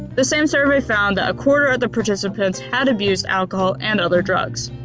the same survey found that a quarter of the participants had abused alcohol and other drugs.